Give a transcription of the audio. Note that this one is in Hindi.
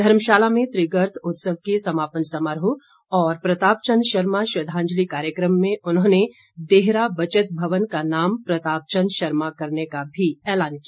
धर्मशाला में त्रिगर्त उत्सव के समापन समारोह और प्रताप चंद शर्मा श्रद्धांजलि कार्यक्रम में उन्होंने देहरा बचत भवन का नाम प्रताप चंद शर्मा करने का भी ऐलान किया